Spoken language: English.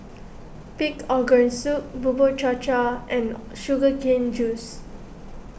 Pig Organ Soup Bubur Cha Cha and Sugar Cane Juice